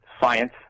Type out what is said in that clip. science